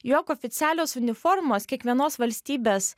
jog oficialios uniformos kiekvienos valstybės